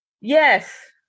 Yes